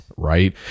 Right